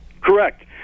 Correct